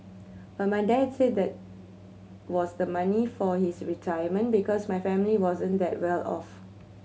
but my dad said that was the money for his retirement because my family wasn't that well off